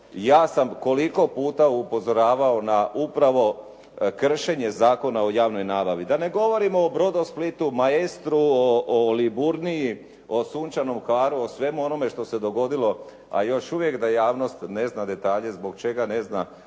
ja sam koliko puta upozoravao na upravo kršenje Zakona o javnoj nabavi. Da ne govorimo o "Brodosplitu", "Maestru", o "Liburniji", o "Sunčanom Hvaru", o svemu onome što se dogodilo, a još uvijek da javnost nezna detalje, zbog čega nezna